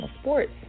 sports